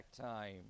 time